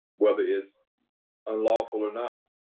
well it is a law or not.